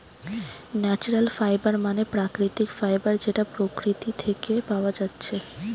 natural fibre মানে প্রাকৃতিক fibre যেটা প্রকৃতি থিকে পায়া যাচ্ছে